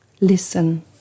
Listen